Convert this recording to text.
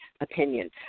opinion